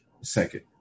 second